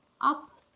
up